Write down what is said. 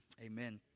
amen